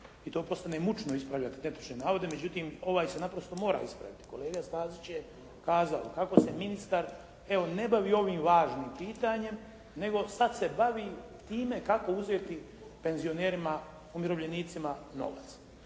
i to postane mučno ispravljati netočne navode, međutim ovaj se naprosto mora ispraviti. Kolega Stazić je kazao kako se ministar evo ne bavi ovim važnim pitanjem, nego sad se bavi time kako uzeti penzionerima, umirovljenicima novac.